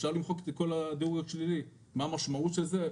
אפשר למחוק את כל הדירוג השלילי." מה המשמעות של זה?